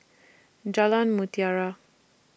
Jalan Mutiara